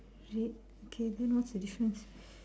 red okay then what's the difference